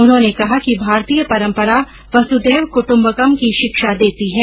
उन्होंने कहा कि भारतीय परंपरा वसुधैव क्ट्म्बकम की शिक्षा देती है